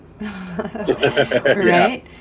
Right